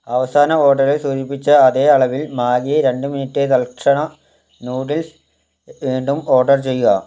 അവസാന ഓഡറിൽ സൂചിപ്പിച്ച അതേ അളവിൽ മാഗി രണ്ട് മിനിറ്റ് തൽക്ഷണ നൂഡിൽസ് വീണ്ടും ഓഡർ ചെയ്യുക